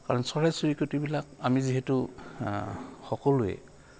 কাৰণ চৰাই চৰিকটিবিলাক আমি যিহেতু সকলোৱে